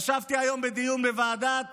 ישבתי היום בדיון בוועדת